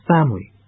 Family